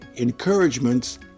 encouragements